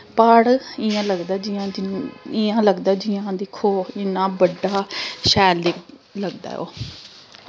प्हाड़ इ'यां लगदा जियां इ'यां लगदा जियां दिक्खो इ'न्ना बड्डा शैल दिख लगदा ऐ ओह्